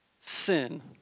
sin